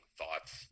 thoughts